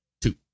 Two